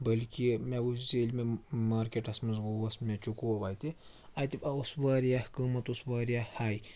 بٔلکہِ مےٚ وُچھ ییٚلہِ مےٚ مارکیٹَس منٛز گوس مےٚ چِکوو اَتہِ اَتہِ اوس واریاہ قۭمَتھ اوس واریاہ ہاے